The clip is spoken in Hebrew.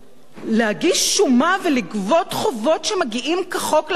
להגיש שומה ולגבות חובות שמגיעים כחוק למדינה?